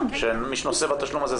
מי שנושא בתשלום הזה,